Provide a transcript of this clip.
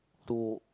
to